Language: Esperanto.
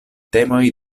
temoj